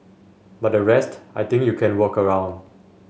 but the rest I think you can work around